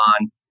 on